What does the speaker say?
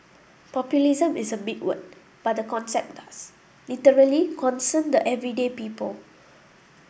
populism is a big word but the concept does literally concern the everyday people